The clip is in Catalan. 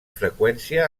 freqüència